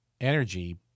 energy